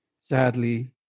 sadly